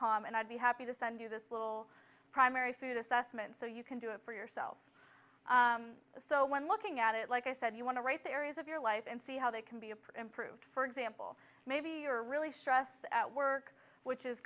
com and i'd be happy to send you this little primary food assessment so you can do it for yourself so when looking at it like i said you want to write the areas of your life and see how they can be a part and proved for example maybe you're really stressed at work which is